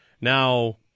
now